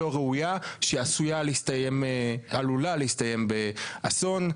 לא ראויה שעלולה להסתיים באסון.